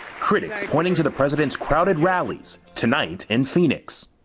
critics pointing to the president's crowded rallies tonight in phoenix.